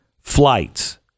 flights